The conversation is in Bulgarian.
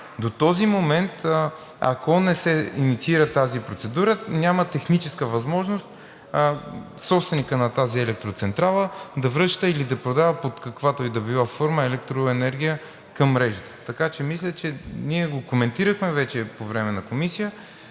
До този момент, ако не се инициира тази процедура, няма техническа възможност собственикът на тази електроцентрала да връща или да продава под каквато и да е било форма електроенергия към мрежата. Така че мисля, че ние го коментирахме вече по време на Комисията